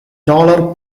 taller